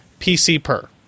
PCPer